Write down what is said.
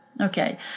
Okay